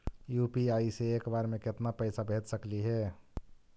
UPI से एक बार मे केतना पैसा भेज सकली हे?